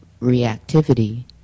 reactivity